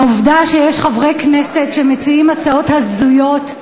העובדה שיש חברי כנסת שמציעים הצעות הזויות,